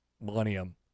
millennium